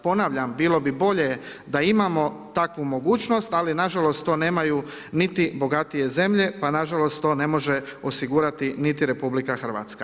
Ponavljam, bilo bi bolje da imamo takvu mogućnost, ali nažalost to nemaju niti bogatije zemlje, pa nažalost to ne može niti osigurati RH.